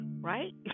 right